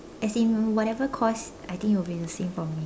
as in whatever course I think it will be the same for me